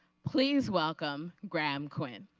please welcome graham quinn.